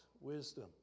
wisdom